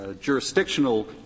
jurisdictional